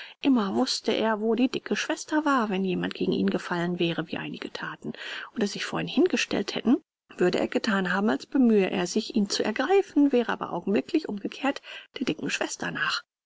immer wußte er wo die dicke schwester war wenn jemand gegen ihn gefallen wäre wie einige thaten oder sich vor ihn hingestellt hätte würde er gethan haben als bemühe er sich ihn zu ergreifen wäre aber augenblicklich umgekehrt der dicken schwester nach